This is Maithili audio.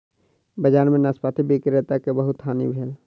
बजार में नाशपाती विक्रेता के बहुत हानि भेल